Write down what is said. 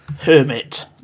Hermit